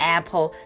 Apple